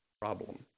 problem